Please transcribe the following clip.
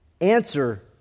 answer